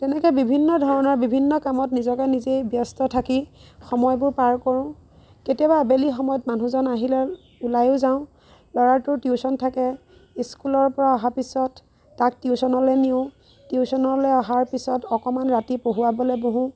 তেনেকৈ বিভিন্ন ধৰণৰ বিভিন্ন কামত নিজকে নিজেই ব্যস্ত থাকি সময়বোৰ পাৰ কৰোঁ কেতিয়াবা আবেলি সময়ত মানুহজন আহিলে ওলায়ো যাওঁ ল'ৰাটোৰ টিউচন থাকে স্কুলৰ পৰা অহাৰ পিছত তাক টিউচনলৈ নিওঁ টিউচনলে অহাৰ পিছত অকণমান ৰাতি পঢ়োৱাবলৈ বহো